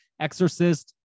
Exorcist